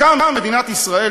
כשקמה מדינת ישראל,